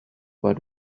but